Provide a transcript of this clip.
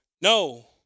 no